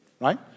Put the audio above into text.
right